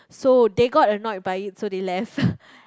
so they got annoyed by it do they left